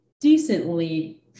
decently